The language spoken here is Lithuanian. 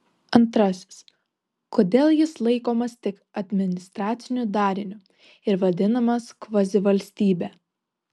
antrasis kodėl jis laikomas tik administraciniu dariniu ir vadinamas kvazivalstybe